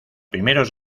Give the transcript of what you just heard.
primeros